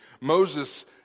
Moses